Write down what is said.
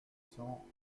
cents